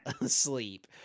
asleep